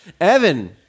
Evan